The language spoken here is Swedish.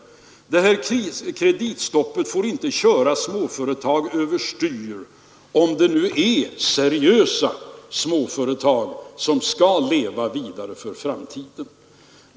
Det här kreditstoppet får inte köra småföretagen över styr, om det nu är seriösa småföretag som skall leva vidare i framtiden.